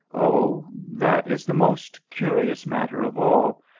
oh, that is the most curious matter of all,